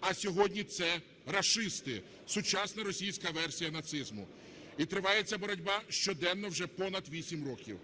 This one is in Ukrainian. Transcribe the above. а сьогодні це рашисти – сучасна російська версія нацизму. І триває ця боротьба щоденно вже понад вісім років.